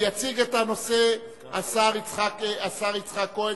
אדוני יושב-ראש הקואליציה.